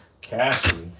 Cassie